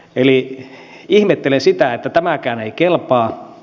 eli ihmettelen sitä että tämäkään ei kelpaa